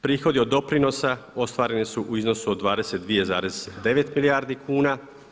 Prihodi od doprinosa ostvareni su u iznosu od 22,9 milijardi kuna.